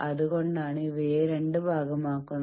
അത് കൊണ്ടാണ് ഇവയെ രണ്ട് ഭാഗമാക്കുന്നത്